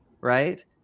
right